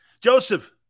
Joseph